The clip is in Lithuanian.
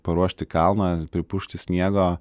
paruošti kalną pripurkšti sniego